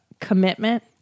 Commitment